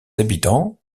habitants